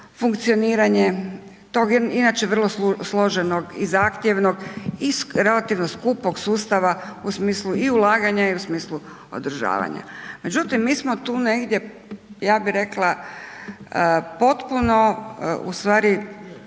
funkcioniranje tog jednog inače vrlo složenog i zahtjevnom i relativno skupog sustava u smislu i ulaganja i u smislu održavanja. Međutim, mi smo tu negdje, ja bih rekla potpuno ustvari